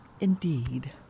Indeed